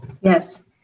Yes